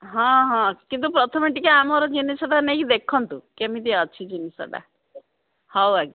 ହଁ ହଁ କିନ୍ତୁ ପ୍ରଥମେ ଟିକେ ଆମର ଜିନିଷଟା ନେଇକି ଦେଖନ୍ତୁ କେମିତି ଅଛି ଜିନିଷଟା ହଉ ଆଜ୍ଞା